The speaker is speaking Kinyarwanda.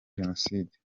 jenoside